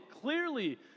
clearly